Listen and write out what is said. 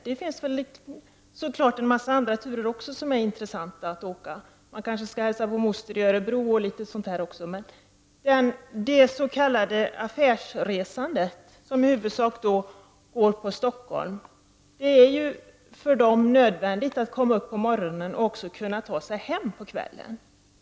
Det är klart att det finns andra turer som också är intressanta att åka med — man kanske skall hälsa på moster i Örebro t.ex. Men för det s.k. affärsresandet, som i huvudsak går på Stockholm, är det nödvändigt att man kommer upp till Stockholm på morgonen och att man kan ta sig hem på kvällen.